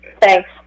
Thanks